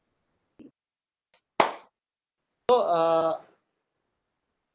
so uh